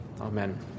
Amen